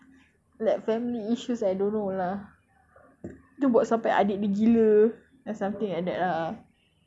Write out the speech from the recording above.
like family issues I don't know lah lepas tu buat sampai adik dia gila and something like that lah